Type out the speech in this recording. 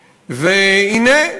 והנה,